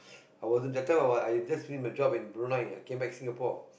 I wasn't that time I wa~ I just finish my job in Brunei I came back Singapore